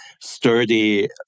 sturdy